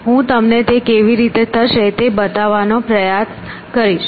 હું તમને તે કેવી રીતે થશે તે બતાવવાનો પ્રયત્ન કરીશ